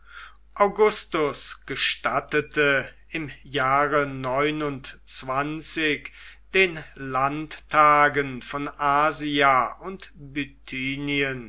augustus gestattete im jahre den landtagen von asia und